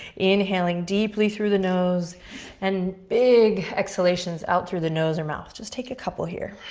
inhaling deeply through the nose and big exhalations out through the nose and mouth, just take a couple here.